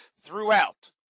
throughout